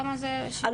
כמה זה עולה?